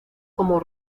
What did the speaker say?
como